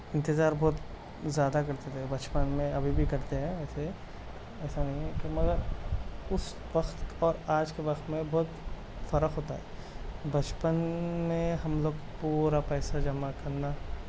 انتظار بہت زیادہ کرتے تھے بچپن میں ابھی بھی کرتے ہیں ویسے ایسا نہیں ہے کہ مگر اس وقت اور آج کے وقت میں بہت فرق ہوتا ہے پچپن میں ہم لوگ پورا پیسے جمع کرنا